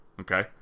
Okay